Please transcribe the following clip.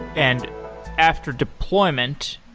and after deployment,